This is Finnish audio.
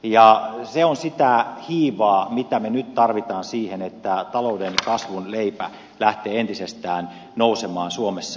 se on sitä hiivaa mitä me nyt tarvitsemme siihen että talouden kasvun leipä lähtee entisestään nousemaan suomessa